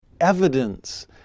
evidence